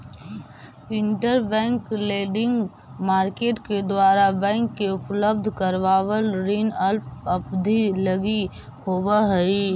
interbank lending market के द्वारा bank के उपलब्ध करावल ऋण अल्प अवधि लगी होवऽ हइ